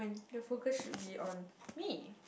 your focus should be on me